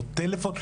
או טלפון,